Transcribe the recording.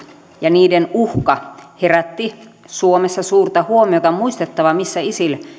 ja niiden uhka herättivät suomessa suurta huomiota on muistettava missä isil